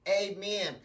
amen